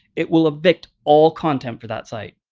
it will evict all content for that site.